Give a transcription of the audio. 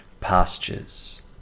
pastures